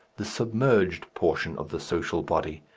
the submerged portion of the social body,